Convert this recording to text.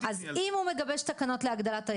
אז אם הוא מגבש תקנות להגדלת היחס,